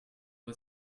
but